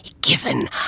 Given